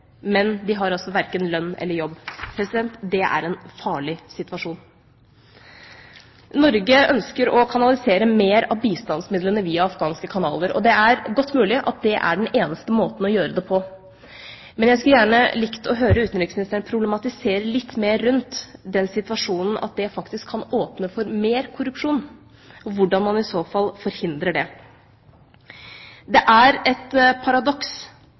men de har verken lønn eller jobb. Det er en farlig situasjon. Norge ønsker å kanalisere mer av bistandsmidlene via afghanske kanaler, og det er godt mulig at det er den eneste måten å gjøre det på. Men jeg skulle gjerne likt å høre utenriksministeren problematisere litt mer rundt den situasjonen at det faktisk kan åpne for mer korrupsjon, og hvordan man i så fall forhindrer det. Det er et paradoks